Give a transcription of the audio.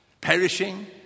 perishing